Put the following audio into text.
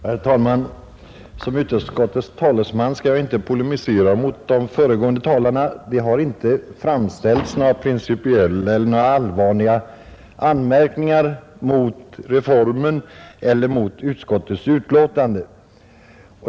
Herr talman! Som utskottets talesman skall jag inte polemisera mot de föregående talarna. Det har inte framställts några principiella eller andra allvarliga anmärkningar mot reformen eller utskottets betänkande.